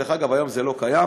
דרך אגב, היום זה לא קיים.